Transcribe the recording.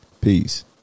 peace